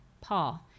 Paul